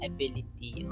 Ability